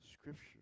scripture